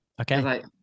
Okay